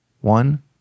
One